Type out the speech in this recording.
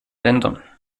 länder